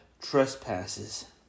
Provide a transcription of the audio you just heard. trespasses